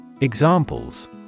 Examples